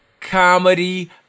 comedy